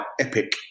Epic